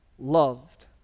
loved